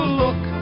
look